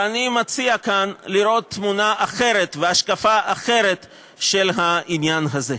ואני מציע כאן לראות תמונה אחרת והשקפה אחרת של העניין הזה.